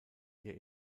der